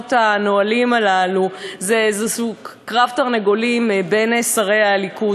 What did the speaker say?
הניסיונות הנואלים הללו זה איזה סוג קרב תרנגולים בין שרי הליכוד,